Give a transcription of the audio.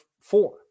four